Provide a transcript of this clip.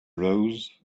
rose